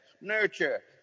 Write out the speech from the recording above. nurture